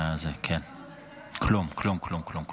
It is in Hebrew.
גם לא דרך הפלאפון?